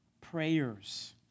prayers